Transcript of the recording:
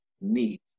need